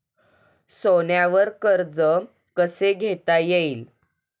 सोन्यावर कर्ज कसे घेता येईल?